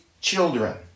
children